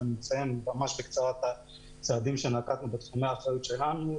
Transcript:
ואני מציין ממש בקצרה את הצעדים שנקטנו בתחומי האחריות שלנו,